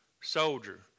soldier